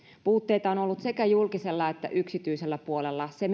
puutteita on ollut sekä julkisella että yksityisellä puolella se